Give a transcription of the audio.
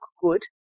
good